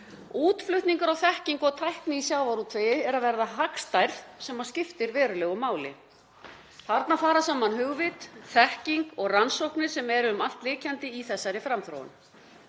Útflutningur á þekkingu og tækni í sjávarútvegi er að verða hagstærð sem skiptir verulegu máli. Þarna fer saman hugvit, þekking og rannsóknir sem eru alltumlykjandi í þessari framþróun.